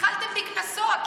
התחלתם בקנסות.